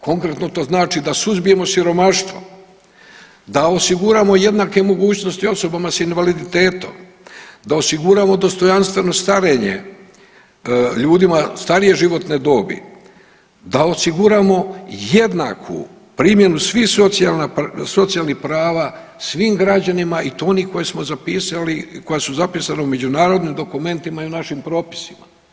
Konkretno to znači da suzbijemo siromaštvo, da osiguramo jednake mogućnosti osobama s invaliditetom, da osiguramo dostojanstveno starenje ljudima starije životne dobi, da osiguramo jednaku primjenu svih socijalnih prava svim građanima i to ona koja su zapisana u međunarodnim dokumentima i u našim propisima.